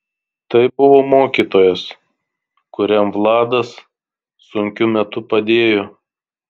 tai buvo mokytojas kuriam vladas sunkiu metu padėjo